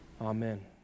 Amen